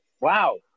wow